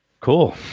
Cool